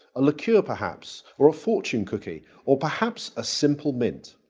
a liqueur perhaps or a fortune cookie or perhaps a simple mint.